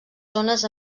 zones